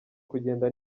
kugenda